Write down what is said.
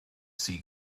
sea